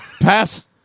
pass